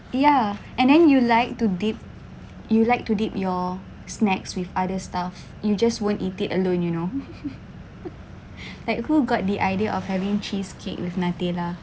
ya and then you like to dip you like to dip your snacks with other stuff you just won't eat it alone you know like who got the idea of having cheesecake with nutella